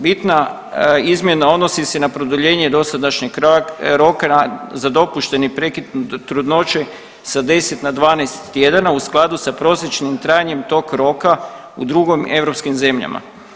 Bitna izmjena odnosi se na produljenje sadašnjeg roka za dopušteni prekid trudnoće sa 10 na 12 tjedana u skladu sa prosječnim trajanjem tog roka u drugom europskim zemljama.